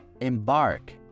embark